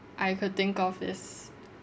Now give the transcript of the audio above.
I could think of is